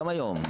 גם היום,